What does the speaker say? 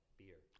beer